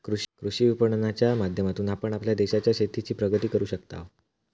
कृषी विपणनाच्या माध्यमातून आपण आपल्या देशाच्या शेतीची प्रगती करू शकताव